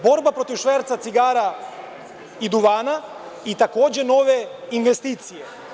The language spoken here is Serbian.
Borba protiv šverca cigara i duvana i takođe nove investicije.